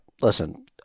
listen